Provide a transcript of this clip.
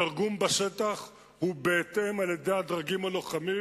התרגום בשטח הוא בהתאם על-ידי הדרגים הלוחמים,